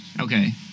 Okay